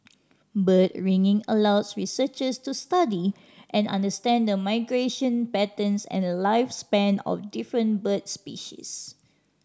bird ringing allows researchers to study and understand the migration patterns and lifespan of different bird species